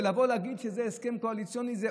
לבוא ולהגיד שזה הסכם קואליציוני זה